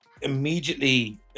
immediately